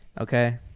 Okay